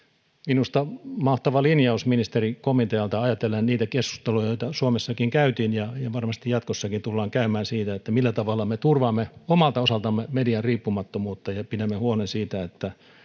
minusta mahtava linjaus ministerikomitealta ajatellen niitä keskusteluja joita suomessakin käytiin ja varmasti jatkossakin tullaan käymään siitä millä tavalla me turvaamme omalta osaltamme median riippumattomuutta ja ja pidämme huolen siitä että